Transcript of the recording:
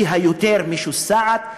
שהיא היותר-משוסעת,